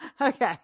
Okay